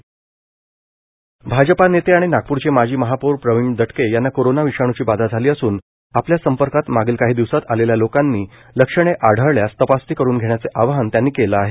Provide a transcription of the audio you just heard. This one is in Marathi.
प्रवीण दटके कोरोना भाजपा नेते आणि नागप्रचे माजी महापौर प्रवीण दटके यांना कोरोना विषाणूची बाधा झाली असून आपल्या संपर्कात मागील काही दिवसात आलेल्या लोकानी लक्षणे आढळल्यास तपासणी करून घेण्याचे आवाहन त्यांनी केले आहे